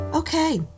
Okay